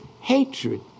hatred